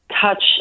touch